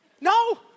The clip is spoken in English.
No